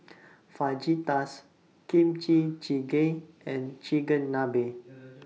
Fajitas Kimchi Jjigae and Chigenabe